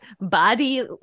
body